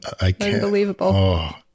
unbelievable